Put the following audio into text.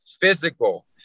physical